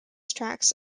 tracks